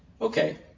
okay